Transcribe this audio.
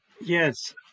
Yes